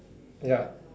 ya